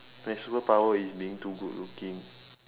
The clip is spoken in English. my superpower is being too good looking